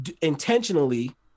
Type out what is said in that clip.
intentionally